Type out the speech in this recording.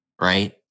right